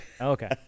Okay